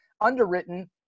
underwritten